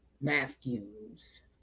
Matthews